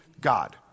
God